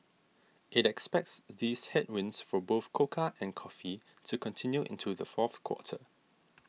it expects these headwinds for both cocoa and coffee to continue into the fourth quarter